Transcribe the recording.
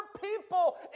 people